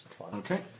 Okay